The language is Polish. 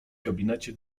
gabinecie